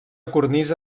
cornisa